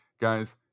guys